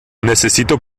necesito